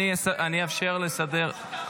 אני אאפשר לסדר,